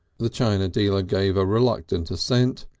the china dealer gave a reluctant assent,